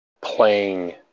playing